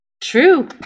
True